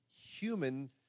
human